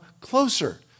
closer